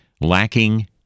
lacking